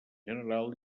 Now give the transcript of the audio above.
general